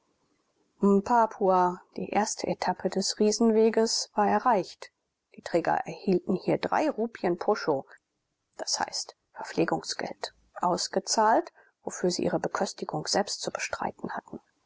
mpapua die erste etappe des riesenweges war erreicht die träger erhielten hier drei rupien posho d i verpflegungsgeld ausgezahlt wofür sie ihre beköstigung selbst zu bestreiten hatten